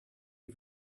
you